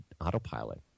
autopilot